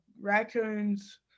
raccoons